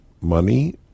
money